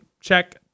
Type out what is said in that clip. check